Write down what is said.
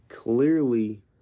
Clearly